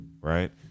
right